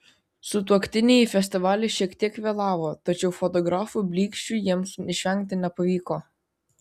sutuoktiniai į festivalį šiek tiek vėlavo tačiau fotografų blyksčių jiems išvengti nepavyko